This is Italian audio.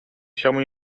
siamo